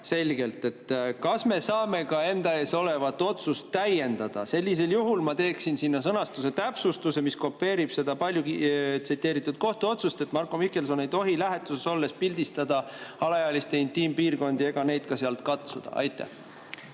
selgelt. Kas me saame ka enda ees olevat otsust täiendada? Sellisel juhul ma teeksin sinna sõnastuse täpsustuse, mis kopeerib seda paljutsiteeritud kohtuotsust, et Marko Mihkelson ei tohi lähetuses olles pildistada alaealiste intiimpiirkondi ega neid sealt katsuda. Aitäh